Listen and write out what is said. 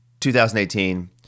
2018